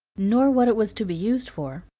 nor what it was to be used for.